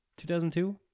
2002